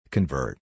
Convert